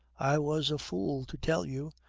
i was a fool to tell you.